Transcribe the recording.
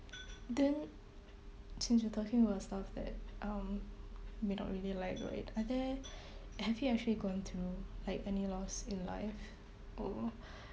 then since we're talking about stuff that um you may not really like right are there have you actually gone through like any loss in life or